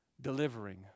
delivering